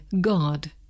God